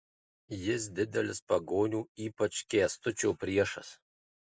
jis didelis pagonių ypač kęstučio priešas